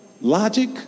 Logic